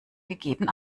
gegeben